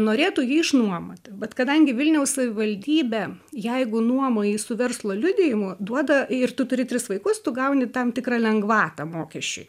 norėtų jį išnuomoti bet kadangi vilniaus savivaldybė jeigu nuomoji su verslo liudijimu duoda ir tu turi tris vaikus tu gauni tam tikrą lengvatą mokesčiui